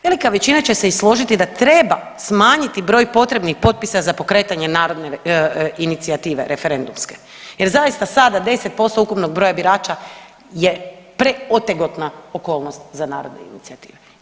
Velika većina će se i složiti da treba smanjiti broj potrebnih potpisa za pokretanje narodne inicijative referendumske jer zaista sada 10% ukupnog broja birača je preotegotna okolnost za narodne inicijative.